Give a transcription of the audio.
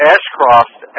Ashcroft